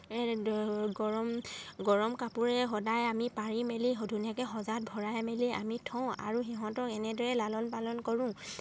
গৰম গৰম কাপোৰে সদায় আমি পাৰি মেলি ধুনীয়াকে সজাত ভৰাই মেলি আমি থওঁ আৰু সিহঁতক এনেদৰে লালন পালন কৰোঁ